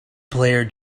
player